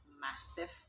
massive